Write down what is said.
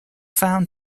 found